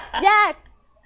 Yes